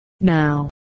Now